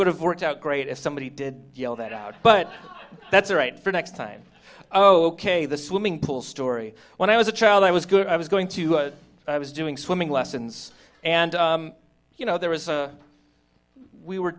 would have worked out great if somebody did yell that out but that's all right for next time oh ok the swimming pool story when i was a child i was good i was going to i was doing swimming lessons and you know there was a we were